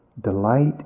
Delight